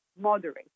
moderate